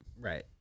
Right